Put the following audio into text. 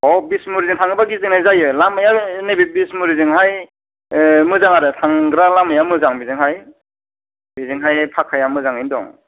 औ बिशमुरिजों थाङोब्ला गिदिंनाय जायो लामाया नैबे बिशमुरिजोंहाय मोजां आरो थांग्रा लामाया मोजां बेजोंहाय बेजोंहाय पाक्काया मोजाङैनो दं